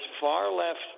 far-left